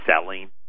selling